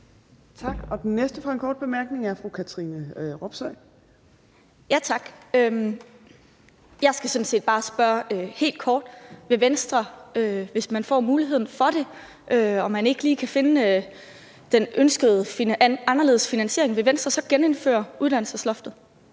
Tak. Og den næste for en kort bemærkning er fru Katrine Robsøe. Kl. 12:04 Katrine Robsøe (RV): Tak. Jeg skal sådan set bare spørge helt kort: Hvis man får muligheden for det og man ikke lige kan finde en anderledes finansiering, vil Venstre så genindføre uddannelsesloftet?